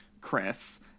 Chris